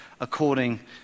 according